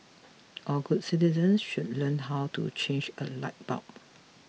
all good citizens should learn how to change a light bulb